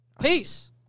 Peace